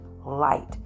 light